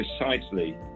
precisely